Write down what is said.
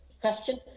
question